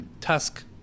Tusk